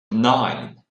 nine